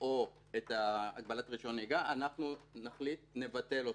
או את הגבלת רישיון הנהיגה, נבטל אותם.